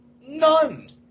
None